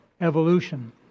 evolution